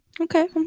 Okay